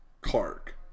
Clark